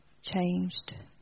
changed